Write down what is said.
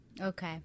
Okay